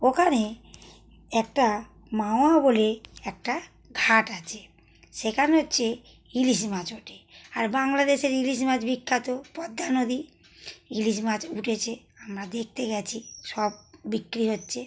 ওখানে একটা মাওয়া বলে একটা ঘাট আছে সেখানে হচ্ছে ইলিশ মাছ ওঠে আর বাংলাদেশের ইলিশ মাছ বিখ্যাত পদ্মা নদী ইলিশ মাছ উঠেছে আমরা দেখতে গেছি সব বিক্রি হচ্ছে